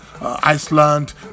iceland